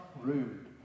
rude